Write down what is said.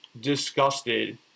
disgusted